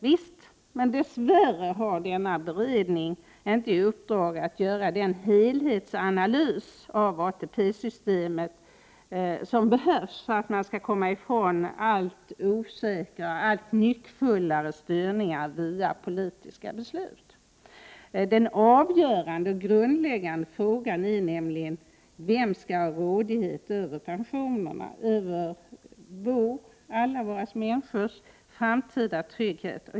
Visst, men dessvärre har man i denna beredning inte i uppdrag att göra den helhetsanalys av ATP-systemet som behövs för att man skall komma ifrån osäkrare och nyckfullare styrningar via politiska beslut. Den avgörande och grundläggande frågan är nämligen vem som skall ha rådighet över pensionerna, dvs. över alla våra medmänniskors framtida trygghet.